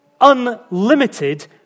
unlimited